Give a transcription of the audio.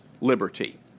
liberty